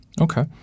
Okay